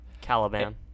Caliban